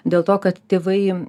dėl to kad tėvai